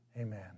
amen